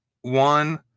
one